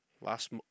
Last